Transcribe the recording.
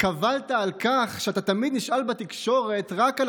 קבלת על כך שאתה תמיד נשאל בתקשורת רק על